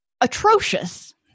atrocious